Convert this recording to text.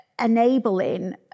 enabling